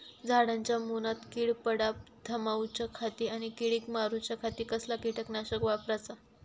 झाडांच्या मूनात कीड पडाप थामाउच्या खाती आणि किडीक मारूच्याखाती कसला किटकनाशक वापराचा?